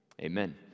Amen